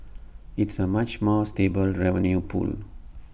it's A much more stable revenue pool